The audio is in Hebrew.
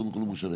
ולא בכדי.